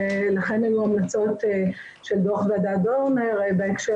לכן היו המלצות של דו"ח ועדת דורנר בהקשר